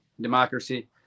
democracy